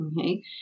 okay